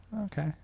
okay